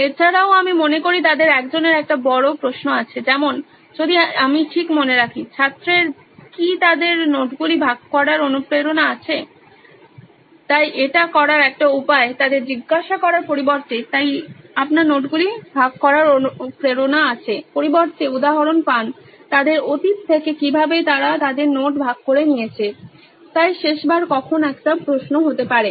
এছাড়াও আমি মনে করি তাদের একজনের একটি প্রশ্ন আছে যেমন যদি আমি ঠিক মনে রাখি ছাত্রের কি তাদের নোটগুলি ভাগ করার অনুপ্রেরণা আছে তাই এটি করার একটি উপায় তাদের জিজ্ঞাসা করার পরিবর্তে তাই আপনার নোটগুলি ভাগ করার অনুপ্রেরণা আছে পরিবর্তে উদাহরণ পান তাদের অতীত থেকে কিভাবে তারা তাদের নোট ভাগ করে নিয়েছে তাই শেষবার কখন একটি প্রশ্ন হতে পারে